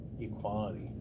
equality